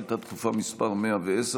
שאילתה דחופה מס' 110,